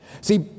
See